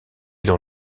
dans